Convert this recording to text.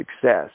success